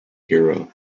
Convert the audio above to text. hero